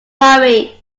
hurry